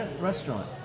restaurant